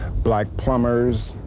black plumbers,